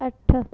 अट्ठ